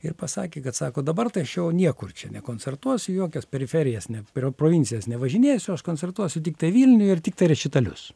ir pasakė kad sako dabar tai aš jau niekur čia nekoncertuosiu į jokias periferijas ne per provincijas nevažinėsiu aš koncertuosiu tiktai vilniuj ir tiktai rečitalius